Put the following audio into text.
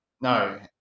No